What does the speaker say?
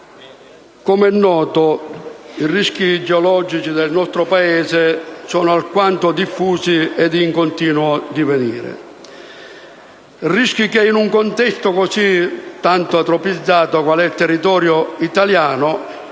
come è noto i rischi idrogeologici nel nostro Paese sono alquanto diffusi e in continuo divenire: rischi che, in un contesto così antropizzato qual è il territorio italiano,